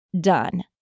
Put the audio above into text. done